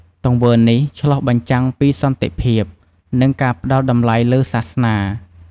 ទង្វើនេះឆ្លុះបញ្ចាំងពីសន្តិភាព និងការផ្ដល់តម្លៃលើសាសនា។